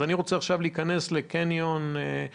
אם נניח אני רוצה להיכנס עכשיו לקניון איילון